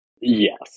Yes